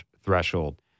threshold